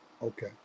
Okay